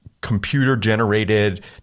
computer-generated